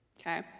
Okay